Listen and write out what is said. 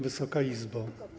Wysoka Izbo!